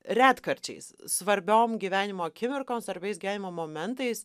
retkarčiais svarbiom gyvenimo akimirkoms svarbiais gyvenimo momentais